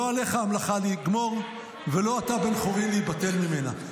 "לא עליך המלאכה לגמור ולא אתה בן חורין ליבטל ממנה".